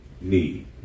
need